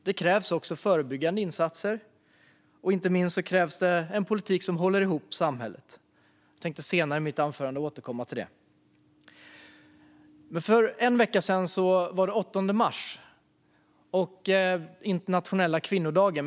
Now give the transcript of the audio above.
Det krävs också förebyggande insatser och inte minst en politik som håller ihop samhället. Jag återkommer till det senare i mitt anförande. För en vecka sedan var det den 8 mars, internationella kvinnodagen.